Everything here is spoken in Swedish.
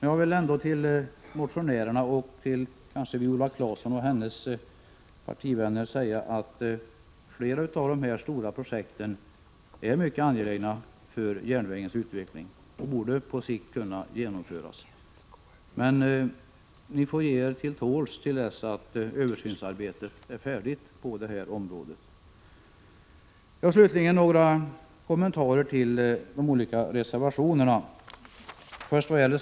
Jag vill ändå till motionärerna, bl.a. till Viola Claesson och hennes partivänner, säga att flera av dessa projekt är mycket angelägna för järnvägens utveckling och borde på sikt kunna genomföras. Men ni får ge er till tåls till dess att översynsarbetet på detta område är färdigt. Slutligen vill jag göra några kommentarer till de olika reservationerna.